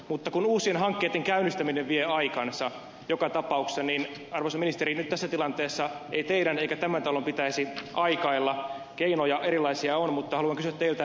mutta kun uusien hankkeitten käynnistäminen vie aikansa joka tapauksessa niin arvoisa ministeri nyt tässä tilanteessa ei teidän eikä tämän talon pitäisi aikailla erilaisia keinoja on mutta haluan kysyä teiltä